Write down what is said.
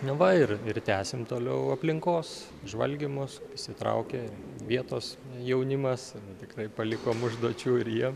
nu va ir ir tęsiam toliau aplinkos žvalgymus įsitraukia vietos jaunimas tikrai palikom užduočių ir jiem